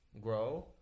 Grow